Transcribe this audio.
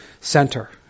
center